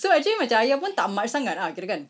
so actually macam ayah pun tak march sangat ah kirakan